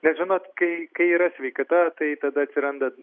nes žinot kai kai yra sveikata tai tada atsiranda